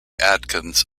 atkins